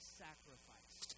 sacrifice